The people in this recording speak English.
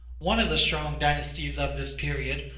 one of the strong dynasties of this period,